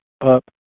up